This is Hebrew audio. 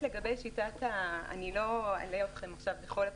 אני לא אלאה אתכם בכל הפרטים,